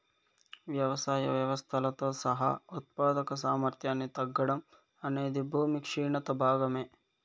వ్యవసాయ వ్యవస్థలతో సహా ఉత్పాదక సామర్థ్యాన్ని తగ్గడం అనేది భూమి క్షీణత భాగమే